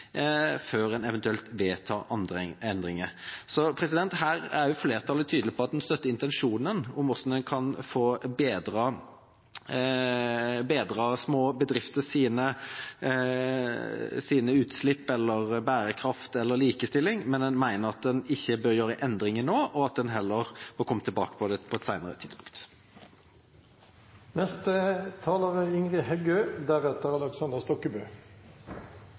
før en eventuelt vedtar andre endringer. Så her er flertallet tydelig på at en støtter intensjonen om hvordan en kan få bedret små bedrifters utslipp eller bærekraft eller likestilling, men en mener at en ikke bør gjøre endringer nå, og at en heller får komme tilbake til dette på et senere tidspunkt.